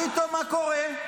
ופתאום מה קורה?